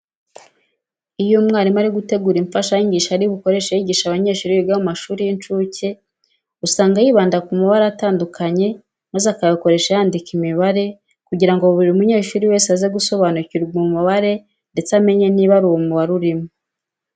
Iyo umwarimu ari gutegura imfashanyigisho ari bukoreshe yigisha abanyeshuri biga mu mashuri y'incuke usanga yibanda ku mabara atandukanye maze akayakoresha yandika imibare kugira ngo buri munyeshuri wese aze gusobanukirwa umubare ndetse amenye n'ibara uwo mubare urimo.